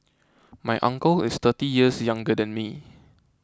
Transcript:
my uncle is thirty years younger than me